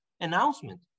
announcement